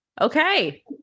Okay